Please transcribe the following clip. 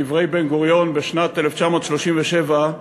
כדברי בן-גוריון בשנת 1937,